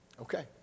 Okay